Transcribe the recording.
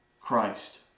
Christ